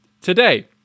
today